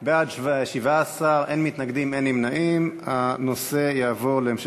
בעד, 17, אין מתנגדים ואין נמנעים.